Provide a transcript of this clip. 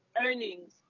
earnings